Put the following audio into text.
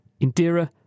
Indira